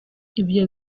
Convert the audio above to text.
ibyo